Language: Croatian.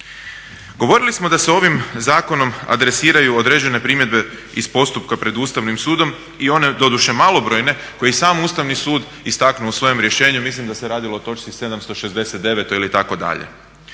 Govorili smo da se ovim zakonom adresiraju određene primjedbe iz postupka pred Ustavnim sudom i one doduše malobrojne koje je sam Ustavni sud istaknuo svojim rješenjem, mislim da se radilo o točci 769. ili tako dalje.